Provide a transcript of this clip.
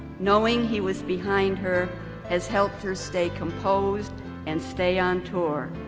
knowing he was behind her as helped her stay composed and stay on tour.